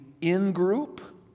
in-group